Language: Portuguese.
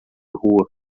rua